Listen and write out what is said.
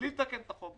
בלי לתקן את החוק,